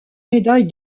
médaille